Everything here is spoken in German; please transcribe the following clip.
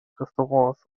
restaurants